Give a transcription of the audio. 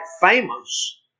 famous